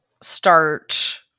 start